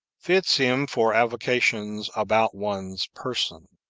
fits him for avocations about one's person.